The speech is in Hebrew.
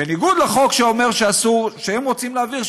בניגוד לחוק שהם רוצים להעביר,